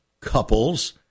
couples